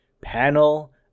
panel